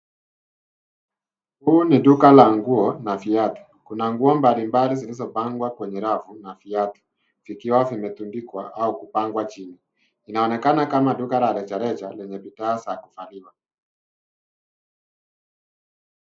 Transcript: Huu ni duka la nguo na viatu. Kuna nguo mbalimbali zilizopangwa kwenye rafu na viatu vikiwa vimetundikwa au kupangwa chini. Inaonekana kama duka la rejareja lenye bidhaa za kuvaliwa.